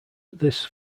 this